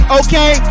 okay